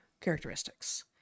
characteristics